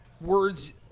words